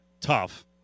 tough